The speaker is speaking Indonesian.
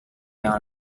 yang